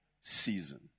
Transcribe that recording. season